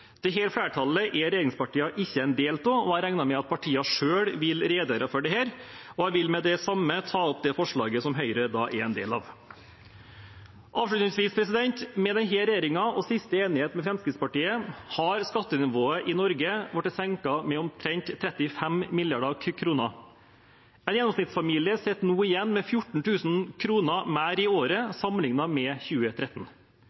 flertallet er regjeringspartiene ikke en del av, og jeg regner med at partiene selv vil redegjøre for dette. Jeg vil med det samme ta opp det forslaget som Høyre er en del av. Avslutningsvis: Med denne regjeringen og siste enighet med Fremskrittspartiet har skattenivået i Norge blitt senket med omtrent 35 mrd. kr. En gjennomsnittsfamilie sitter nå igjen med 14 000 kr mer i